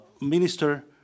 Minister